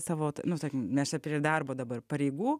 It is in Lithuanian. savo nu sakim nes čia prie darbo dabar pareigų